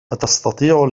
أتستطيع